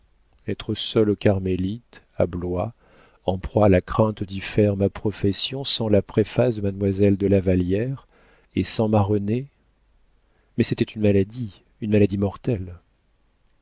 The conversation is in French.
être seule aux carmélites à blois en proie à la crainte d'y faire ma profession sans la préface de mademoiselle de la vallière et sans ma renée mais c'était une maladie une maladie mortelle